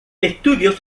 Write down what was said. estudios